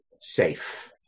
safe